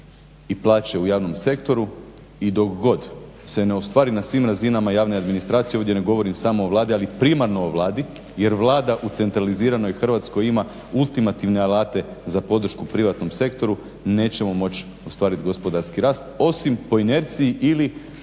i plaće u javnom sektoru i dok god se ne ostvari na svim razinama javne administracije, ovdje ne govorim samo o Vladi ali primarno o Vladi jer Vlada u centraliziranoj Hrvatskoj ima ultimativne alate za podršku privatnom sektoru nećemo moći ostvariti gospodarski rast osim po inerciji ili